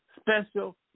special